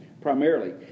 primarily